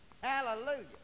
Hallelujah